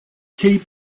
keep